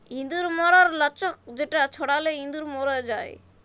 ইঁদুর ম্যরর লাচ্ক যেটা ছড়ালে ইঁদুর ম্যর যায়